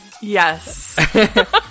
Yes